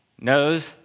knows